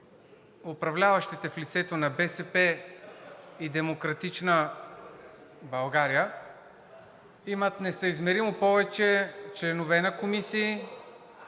управляващите в лицето на БСП и „Демократична България“ имат несъизмеримо членове на комисии